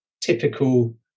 typical